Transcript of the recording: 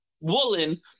Woolen